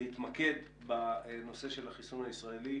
להתמקד בנושא של החיסון הישראלי,